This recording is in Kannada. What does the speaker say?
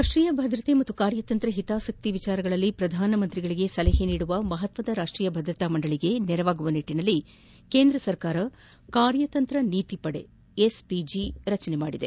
ರಾಷ್ಲೀಯ ಭದ್ರತೆ ಮತ್ತು ಕಾರ್ಯತಂತ್ರ ಹಿತಾಸಕ್ತಿ ವಿಷಯಗಳಲ್ಲಿ ಪ್ರಧಾನಮಂತ್ರಿಗಳಿಗೆ ಸಲಹೆ ನೀಡುವ ಮಹತ್ವದ ರಾಷ್ಲೀಯ ಭದ್ರತಾ ಮಂಡಳಿಗೆ ನೆರವಾಗುವ ನಿಟ್ಲನಲ್ಲಿ ಕೇಂದ್ರ ಸರ್ಕಾರ ಕಾರ್ಯತಂತ್ರ ನೀತಿ ಪಡೆ ಎಸ್ಪಿಜಿ ರಚಿಸಿದೆ